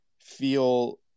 feel